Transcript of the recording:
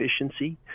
efficiency